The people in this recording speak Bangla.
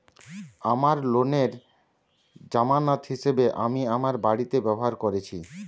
আমার লোনের জামানত হিসেবে আমি আমার বাড়িকে ব্যবহার করেছি